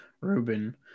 Ruben